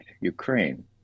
Ukraine